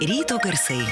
ryto garsai